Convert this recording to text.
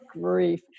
grief